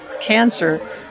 cancer